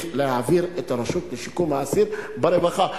להעביר את הרשות לשיקום האסיר לרווחה.